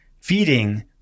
feeding